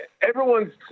everyone's